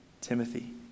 Timothy